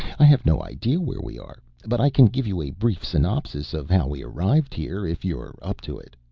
i have no idea where we are but i can give you a brief synopsis of how we arrived here, if you are up to it.